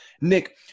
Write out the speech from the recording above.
Nick